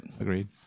agreed